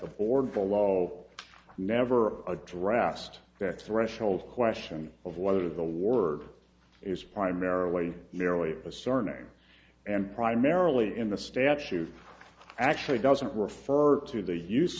board below never addressed that threshold question of whether the word is primarily merely a surname and primarily in the statute actually doesn't refer to the use